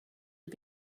had